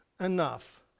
Enough